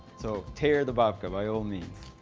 so tear the babka by all means.